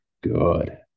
good